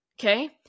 okay